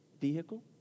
vehicle